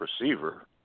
receiver